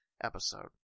episode